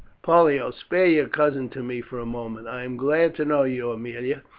pollio, spare your cousin to me for a moment. i am glad to know you, aemilia.